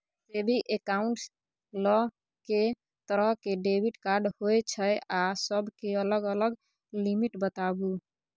Saving accounts ल के तरह के डेबिट कार्ड होय छै आ सब के अलग अलग लिमिट बताबू?